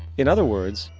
in other words,